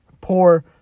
poor